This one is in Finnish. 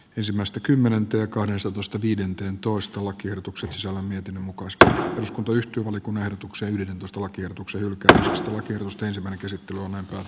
ensimmäistä kymmenentenä kahdessatoista viidenteentoista lakiehdotukset solmiotin mukaan spr rsc lyhty oli kunnanhallituksen ehdotusta lakiehdotuksen yk lakivaliokunnan mietintö